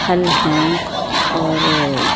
फल हैं और